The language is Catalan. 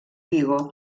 vigo